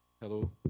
Hello